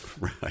Right